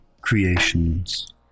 creations